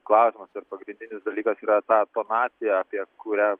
klausimas ar pagrindinis dalykas yra ta tonacija apie kurią